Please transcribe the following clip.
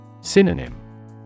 Synonym